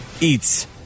eats